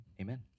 amen